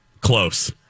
Close